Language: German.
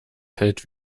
hält